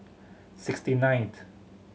sixty ninth